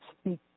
speak